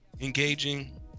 engaging